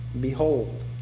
Behold